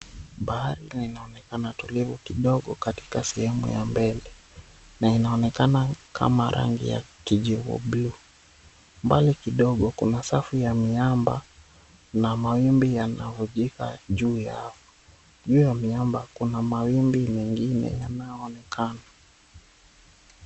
Bahari linaonekana tulivu kidogo katika sehemu ya mbele na inaonekana kama rangi ya kijivu blue . Mbali kidogo, kuna safu ya miamba na mawimbi yanayojika juu yao. Juu ya miamba kuna mawimbi mengine yanayoonekana.